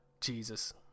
Jesus